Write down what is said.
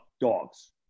dogs